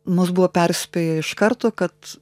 mus buvo perspėję iš karto kad